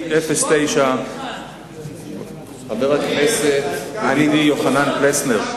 חבר הכנסת פלסנר,